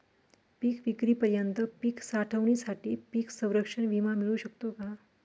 पिकविक्रीपर्यंत पीक साठवणीसाठी पीक संरक्षण विमा मिळू शकतो का?